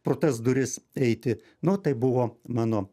pro tas duris eiti nu tai buvo mano